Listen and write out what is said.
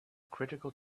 critical